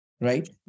right